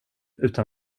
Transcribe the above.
utan